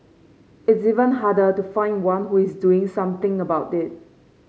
it's even harder to find one who is doing something about it